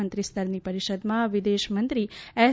મંત્રીસ્તરની પરિષદમાં વિદેશમંત્રી એસ